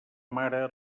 mare